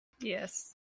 yes